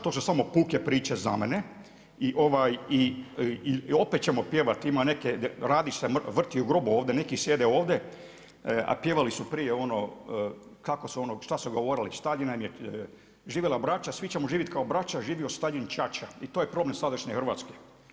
To su samo puke priče za mene i opet ćemo pjevati, ima neke, radi se vrti u grobu ovdje, neki sjede ovdje, a pjevali su prije ono, kako su ono, šta su govorili, Staljin nam je, živjela braća, svi ćemo živjeti kao braća, živio Staljin čača i to je problem sadašnje Hrvatske.